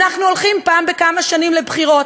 אנחנו הולכים פעם בכמה שנים לבחירות,